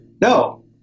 No